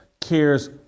cares